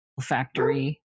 factory